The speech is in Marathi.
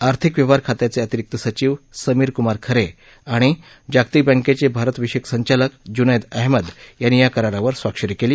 आर्थिक व्यवहार खात्याचे अतिरिक्त सचिव समीर कुमार खरे आणि जागतिक बँकेचे भारत विषयक संचालक जुनैद अहमद यांनी या करारावर स्वाक्षरी केली